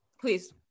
Please